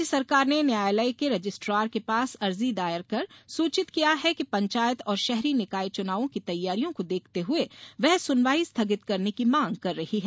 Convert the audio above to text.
राज्य सरकार ने न्यायालय के रजिस्ट्रार के पास अर्जी दायर कर सूचित किया है कि पंचायत और शहरी निकाय चुनावों की तैयारियों को देखते हुए वह सुनवाई स्थगित करने की मांग कर रही है